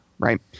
right